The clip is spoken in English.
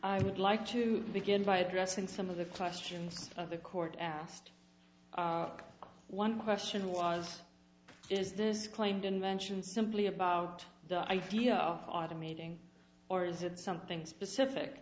i would like to begin by addressing some of the questions of the court asked one question was is this claimed invention simply about the idea of automating or is it something specific